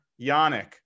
Yannick